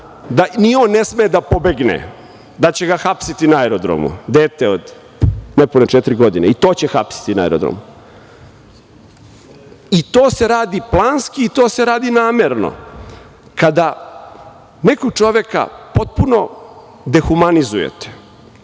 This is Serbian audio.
da ni on ne sme da pobegne, da će ga hapsiti na aerodromu, dete od nepune četiri godine, i to će hapsiti na aerodromu. To se radi planski i to se radi namerno. Kada nekog čoveka potpuno dehumanizujete,